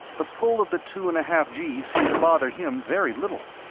the pull of the two and a half gees seemed to bother him very little.